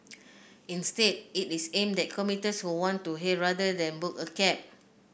instead it is aimed at commuters who want to hail rather than book a cab